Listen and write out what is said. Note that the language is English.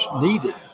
needed